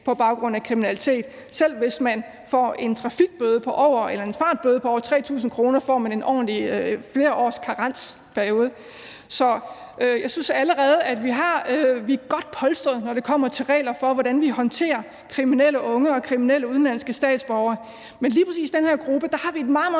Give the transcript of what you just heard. på baggrund af kriminalitet. Selv hvis man får en fartbøde på over 3.000 kr., får man en karensperiode på flere år. Så jeg synes allerede, at vi er godt polstrede, når det kommer til regler for, hvordan vi håndterer kriminelle unge og kriminelle udenlandske statsborgere. Men lige præcis i den her gruppe har vi et meget, meget